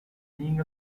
நீங்க